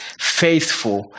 faithful